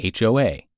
HOA